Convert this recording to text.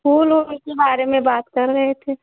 फूल ऊल के बारे में बात कर रहे थे